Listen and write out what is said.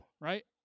right